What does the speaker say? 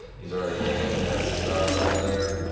he's already rolled up past the stop sign there.